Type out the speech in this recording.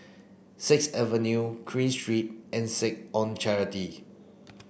sixth Avenue Queen Street and Seh Ong Charity